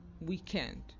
weekend